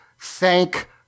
thank